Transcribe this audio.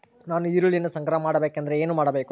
ನಾನು ಈರುಳ್ಳಿಯನ್ನು ಸಂಗ್ರಹ ಮಾಡಬೇಕೆಂದರೆ ಏನು ಮಾಡಬೇಕು?